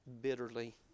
bitterly